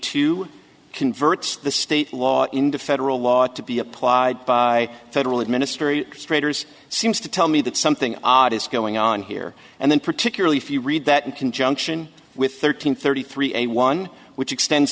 two converts the state law into federal law to be applied by federal administering strangers seems to tell me that something odd is going on here and then particularly if you read that in conjunction with their team thirty three a one which extend